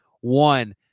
one